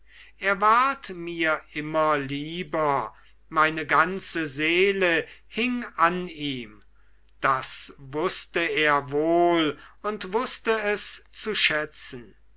er ward mir immer lieber meine ganze seele hing an ihm das wußte er wohl und wußte es zu schätzen